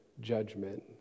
judgment